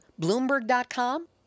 bloomberg.com